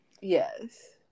Yes